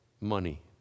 money